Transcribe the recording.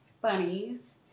bunnies